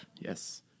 Yes